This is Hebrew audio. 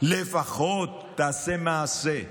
לפחות תעשה מעשה.